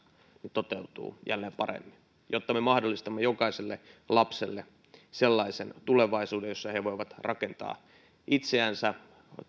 toteutuu jälleen paremmin jotta me mahdollistamme jokaiselle lapselle sellaisen tulevaisuuden jossa he voivat rakentaa itseänsä